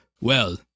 Well